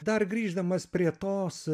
dar grįždamas prie tos